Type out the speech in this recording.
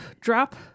drop